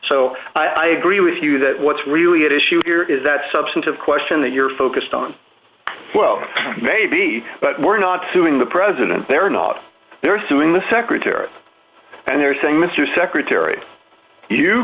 so i agree with you that what's really at issue here is that substantive question that you're focused on well maybe but we're not suing the president they're not they're suing the secretary and they're saying mister secretary you